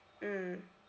mmhmm